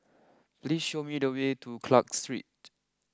please show me the way to Clark Street